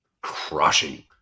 crushing